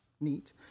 neat